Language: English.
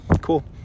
Cool